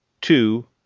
two